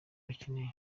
bakeneye